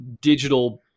digital